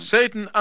Satan